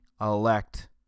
elect